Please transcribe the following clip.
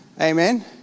Amen